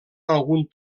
algun